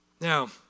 Now